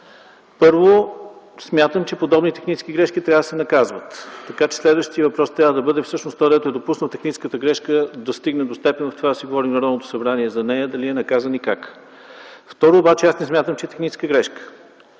Първо, смятам, че подобни технически грешки трябва да се наказват, така че следващият въпрос трябва да бъде всъщност този, който е допуснал техническата грешка да стигне до степен за това, че да си говорим в Народното събрание за нея, дали е наказан и как? Второ, аз не смятам, че е техническа грешка.